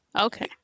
okay